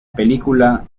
película